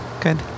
Good